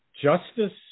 Justice